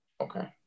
Okay